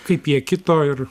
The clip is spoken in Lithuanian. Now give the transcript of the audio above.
kaip jie kito ir